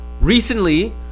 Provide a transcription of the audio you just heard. Recently